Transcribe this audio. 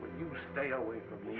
when you stay away from me